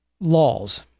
laws